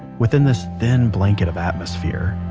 within this thin blanket of atmosphere.